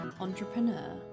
Entrepreneur